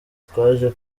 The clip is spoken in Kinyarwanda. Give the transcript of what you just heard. twaje